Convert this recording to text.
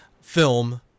film